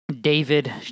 David